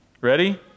Ready